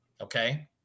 Okay